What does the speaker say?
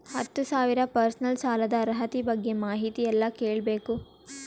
ಹತ್ತು ಸಾವಿರ ಪರ್ಸನಲ್ ಸಾಲದ ಅರ್ಹತಿ ಬಗ್ಗೆ ಮಾಹಿತಿ ಎಲ್ಲ ಕೇಳಬೇಕು?